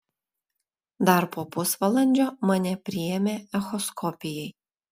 dar po pusvalandžio mane priėmė echoskopijai